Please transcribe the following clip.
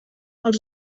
els